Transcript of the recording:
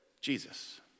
Jesus